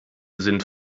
sind